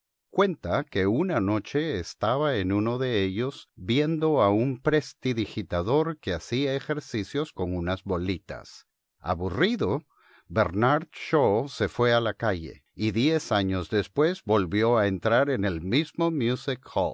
cuenta que una noche estaba en uno de ellos viendo a un prestidigitador que hacía ejercicios con unas bolitas aburrido bernard shaw se fue a la calle y diez años después volvió a entrar en el mismo